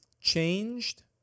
changed